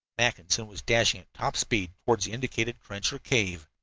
mackinson was dashing at top speed toward the indicated trench or cave,